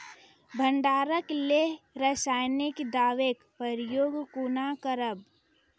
भंडारणक लेल रासायनिक दवेक प्रयोग कुना करव?